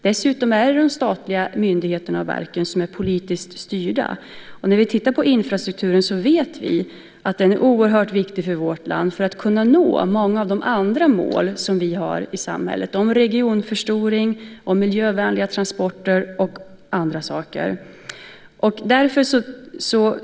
Dessutom är de statliga myndigheterna och verken politiskt styrda. Vi vet att infrastrukturen är oerhört viktig för att vi i vårt land ska kunna nå många av de andra mål som vi har i samhället - om regionförstoring, om miljövänliga transporter och om andra saker.